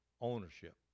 ownership